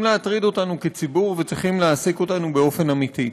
להטריד אותנו כציבור וצריכים להעסיק אותנו באופן אמיתי.